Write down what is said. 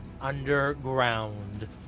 underground